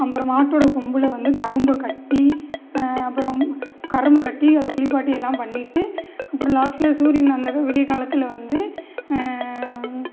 அப்புறம் மாட்டோட கொம்பில் வந்து கரும்பை கட்டி அப்புறம் கரும்பை கட்டி அதை குளிப்பாட்டி எல்லாம் பண்ணிவிட்டு அப்புறம் லாஸ்ட்டில் சூரியன் அங்கே விடியற் காலத்தில் வந்து